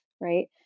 Right